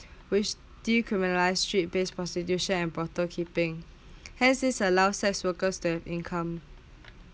res~ decriminalise strip these prostitution and brothel keeping hence this allows sex workers to have income